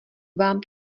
vám